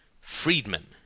Friedman